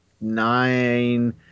nine